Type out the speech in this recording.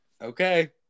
Okay